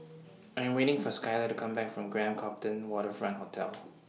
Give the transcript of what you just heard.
I Am waiting For Skyler to Come Back from Grand Copthorne Waterfront Hotel